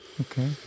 Okay